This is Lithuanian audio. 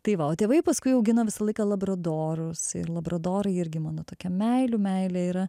tai va o tėvai paskui augino visą laiką labradorus ir labradorai irgi mano tokia meilių meilė yra